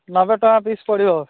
ନବେ ଟଙ୍କା ପିସ୍ ପଡ଼ିବ